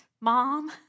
Mom